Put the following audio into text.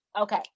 Okay